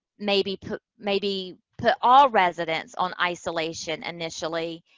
maybe put, maybe put all residents on isolation initially,